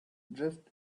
drift